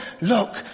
look